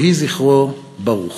יהי זכרו ברוך.